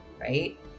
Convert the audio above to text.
right